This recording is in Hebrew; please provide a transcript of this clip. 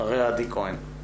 אחריה עדי כהן.